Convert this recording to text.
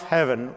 Heaven